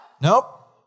Nope